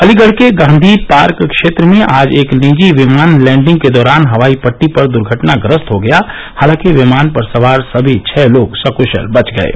अलीगढ़ के गांधी पार्क क्षेत्र में आज एक निजी विमान लैण्डिंग के दौरान हवाई पट्टी पर दुर्घटनाग्रस्त हो गया हलांकि विमान पर सवार समी छः लोग सकुशल बच गये